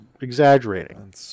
exaggerating